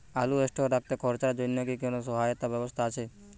আলু স্টোরে রাখতে খরচার জন্যকি কোন সহায়তার ব্যবস্থা আছে?